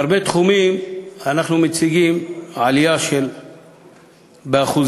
בהרבה תחומים אנחנו מציגים עלייה באחוזים,